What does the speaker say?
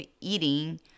eating